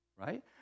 Right